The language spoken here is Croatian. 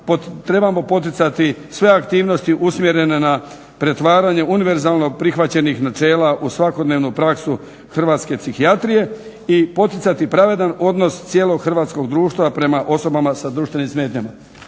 Trebamo poticati sve aktivnosti umjerene na pretvaranje univerzalnog prihvaćenih načela u svakodnevnu praksu hrvatske psihijatrije i poticati pravedan odnos cijelog hrvatskog društva prema osobama s društvenim smetnjama.